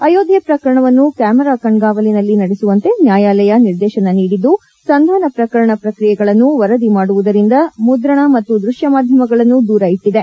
ಅಯೋಧ್ಯೆ ಪ್ರಕರಣವನ್ನು ಕ್ಯಾಮರಾ ಕಣ್ಣಾವಲಿನಲ್ಲಿ ನಡೆಸುವಂತೆ ನ್ಯಾಯಾಲಯ ನಿರ್ದೇಶನ ನೀಡಿದ್ದು ಸಂಧಾನ ಪ್ರಕರಣ ಪ್ರಕ್ರಿಯೆಗಳನ್ನು ವರದಿ ಮಾಡುವುದರಿಂದ ಮುದ್ರಣ ಮತ್ತು ದೃತ್ಯ ಮಾಧ್ಯಮಗಳನ್ನು ದೂರ ಇಟ್ಟದೆ